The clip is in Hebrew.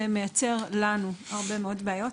הדבר הזה מייצר לנו הרבה מאוד בעיות,